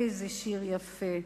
איזה שיר יפה: